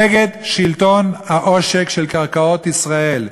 נגד שלטון העושק של קרקעות ישראל.